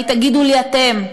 כי תגידו לי אתם,